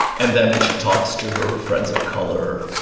and then when she talks to her friends of color,